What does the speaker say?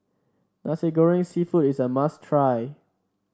Nasi Goreng seafood is a must try